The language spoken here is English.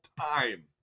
time